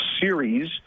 series